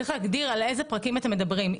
צריך להגדיר על איזה פרקים אתם מדברים.